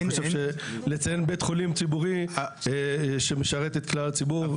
אני חושב שלציין בית חולים ציבורי שמשרת את כלל הציבור,